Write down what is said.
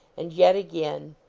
and yet again.